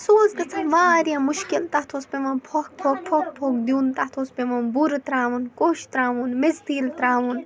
سُہ اوس گژھان واریاہ مُشکِل تَتھ اوس پٮ۪وان پھۄکھ پھۄکھ پھۄکھ پھۄکھ دیُن تَتھ اوس پٮ۪وان بُرٕ ترٛاوُن کوٚش ترٛاوُن میٚژ تیٖل ترٛاوُن